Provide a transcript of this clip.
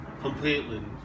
Completely